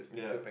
yeah